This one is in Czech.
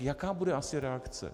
Tak jaká bude asi reakce?